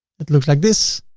it looks like this.